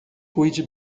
cuide